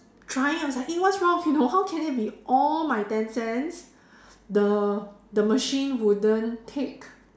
trying I was like eh what's wrong you know how can it be all my ten cents the the machine wouldn't take